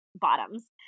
bottoms